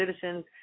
citizens